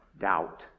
doubt